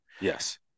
Yes